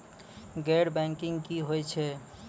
गैर बैंकिंग की होय छै?